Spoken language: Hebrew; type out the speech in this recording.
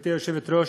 גברתי היושבת-ראש,